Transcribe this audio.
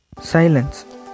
Silence